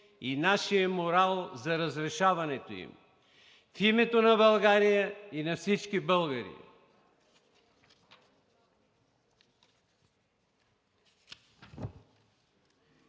и нашия морал за разрешаването им в името на България и на всички българи.